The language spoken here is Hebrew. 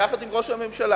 ביחד עם ראש הממשלה,